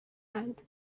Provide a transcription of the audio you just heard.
and